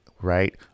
right